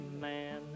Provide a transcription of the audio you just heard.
man